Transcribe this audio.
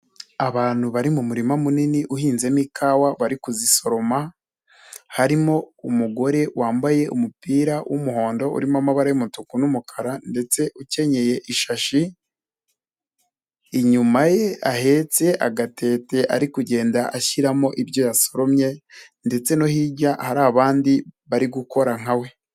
Abantu bari mu murima munini uhinzemo ikawa bari kuzisoroma, harimo umugore wambaye umupira w'umuhondo urimo amabaray'umutuku n'umukara ndetse ukenyeye ishashi, inyuma ye ahetse agatete ari kugenda ashyiramo ibyo yasoromye ndetse no hirya hari abandi bari gukora nka we.